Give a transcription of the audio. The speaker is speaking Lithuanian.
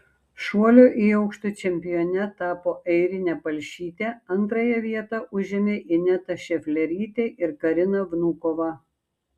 šuolio į aukštį čempione tapo airinė palšytė antrąją vietą užėmė ineta šeflerytė ir karina vnukova